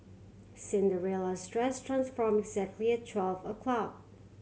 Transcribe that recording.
Cinderella's dress transformed exactly at twelve o'clock